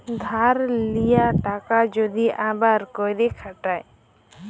ধার লিয়া টাকা যদি আবার ক্যইরে খাটায়